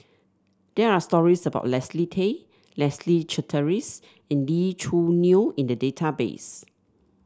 there are stories about Leslie Tay Leslie Charteris and Lee Choo Neo in the database